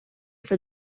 for